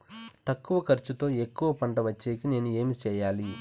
తక్కువ ఖర్చుతో ఎక్కువగా పంట వచ్చేకి నేను ఏమి చేయాలి?